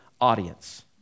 audience